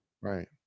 right